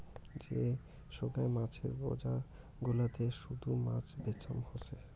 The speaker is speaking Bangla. যে সোগায় মাছের বজার গুলাতে শুধু মাছ বেচাম হসে